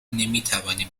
نمیتوانیم